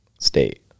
state